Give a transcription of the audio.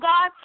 God